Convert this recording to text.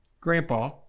Grandpa